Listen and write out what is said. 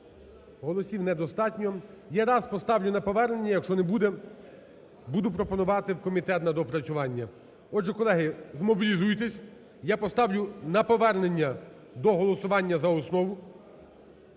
Голосів недостатньо. Я раз поставлю на повернення. Якщо не буде, буду пропонувати в комітет на доопрацювання. Отже, колеги, змобілізуйтесь. Я поставлю на повернення до голосування за основу.